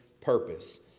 purpose